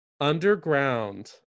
Underground